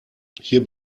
hier